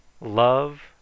love